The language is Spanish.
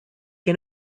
que